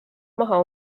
maha